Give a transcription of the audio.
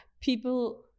people